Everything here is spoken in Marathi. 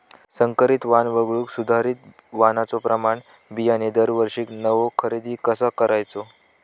संकरित वाण वगळुक सुधारित वाणाचो प्रमाण बियाणे दरवर्षीक नवो खरेदी कसा करायचो?